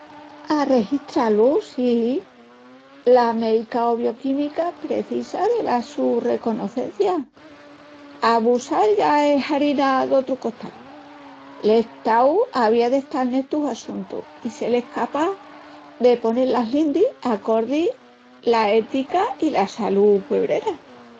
Arregistrá-lus sí, la méica o bioquímica precisa dela su reconocencia. Abusal ya es harina d'otru costal. L'Estau avía d'estal en estus assuntus i sel escapás de ponel las lindis acordis la ética i la salú puebrera.